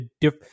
diff